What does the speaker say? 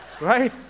right